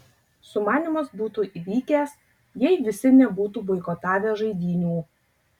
sumanymas būtų vykęs jei visi nebūtų boikotavę žaidynių